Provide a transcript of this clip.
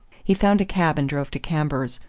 he found a cab and drove to cambours,